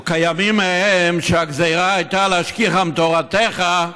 וכימים ההם, שהגזרה הייתה "להשכיחם תורתך",